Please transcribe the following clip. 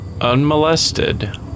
unmolested